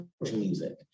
music